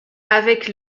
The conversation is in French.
avec